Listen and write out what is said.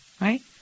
Right